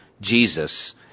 Jesus